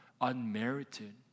unmerited